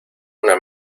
una